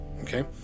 okay